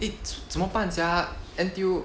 eh 怎怎么办 sia N_T_U